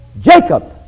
Jacob